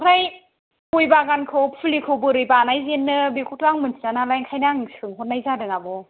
ओमफ्राय गय बागानखौ फुलिखौ बोरै बानायजेनो बेखौथ' आं मोनथिया नालाय ओंखायनो आं सोंहरनाय जादों आब'